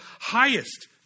highest